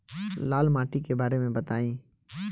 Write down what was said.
लाल माटी के बारे में बताई